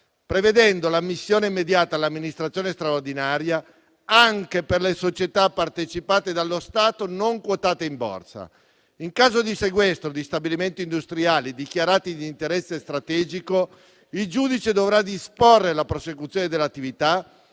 prevedendo l'ammissione immediata all'amministrazione straordinaria anche per le società partecipate dallo Stato non quotate in borsa. In caso di sequestro di stabilimenti industriali dichiarati di interesse strategico, il giudice dovrà disporre la prosecuzione dell'attività